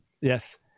Yes